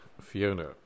Fiona